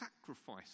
sacrifice